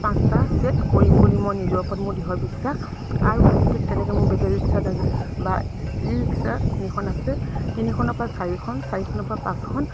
পাঁচটা ছেট কৰিম বুলি মই নিজৰ ওপৰত মোৰ দৃঢ় বিশ্বাস আৰু ঠিক তেনেকৈ মোৰ বেটেৰী ৰিক্সা বা ই ৰিক্সা তিনিখন আছে তিনিখনৰ পৰা চাৰিখন চাৰিখনৰ পৰা পাঁচখন